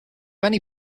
many